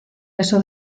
beso